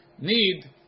need